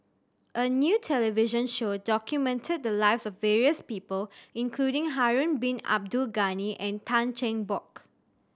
a new television show documented the lives of various people including Harun Bin Abdul Ghani and Tan Cheng Bock